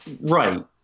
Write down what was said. Right